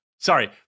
Sorry